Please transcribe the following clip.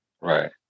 Right